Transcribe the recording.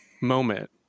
moment